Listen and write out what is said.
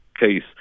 case